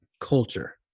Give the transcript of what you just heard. culture